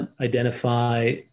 identify